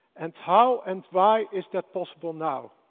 and how and why is that possible now?